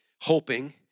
hoping